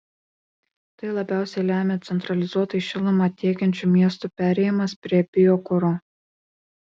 tai labiausiai lemia centralizuotai šilumą tiekiančių miestų perėjimas prie biokuro